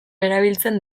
erabiltzen